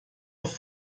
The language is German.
auf